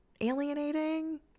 alienating